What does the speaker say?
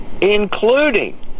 including